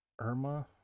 Irma